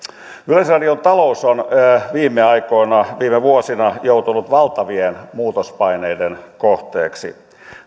yleisradion talous on viime aikoina viime vuosina joutunut valtavien muutospaineiden kohteeksi